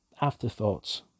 afterthoughts